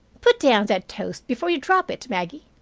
put down that toast before you drop it, maggie,